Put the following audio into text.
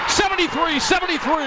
73-73